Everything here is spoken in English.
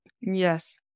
Yes